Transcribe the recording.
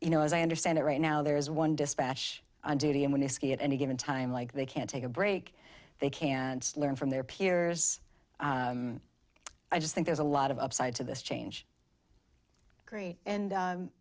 you know as i understand it right now there is one dispatch on duty and when to ski at any given time like they can take a break they can't learn from their peers i just think there's a lot of upside to this change great